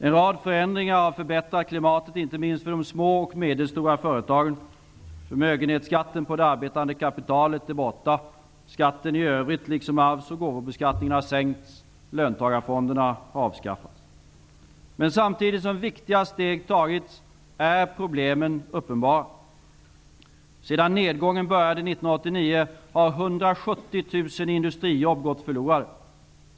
En rad förändringar har förbättrat klimatet inte minst för de små och medelstora företagen. Förmögenhetsskatten på det arbetande kapitalet är borta. Förmögenhetsskatten i övrigt liksom arvsoch gåvobeskattningen har sänkts. Löntagarfonderna har avskaffats. Men samtidigt som viktiga steg har tagits är problemen uppenbara. Sedan nedgången började 1989 har 170 000 industrijobb gått förlorade.